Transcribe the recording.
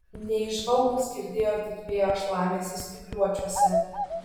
neįžvalgūs girdėjo tik vėjo šlamesį spygliuočiuose